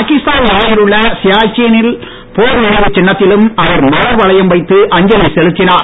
பாகிஸ்தான் எல்லையில் உள்ள சியாச்சினில் போர் நினைவு சின்னத்திலும் அவர் மலர் வளையம் வைத்து அஞ்சலி செலுத்தினார்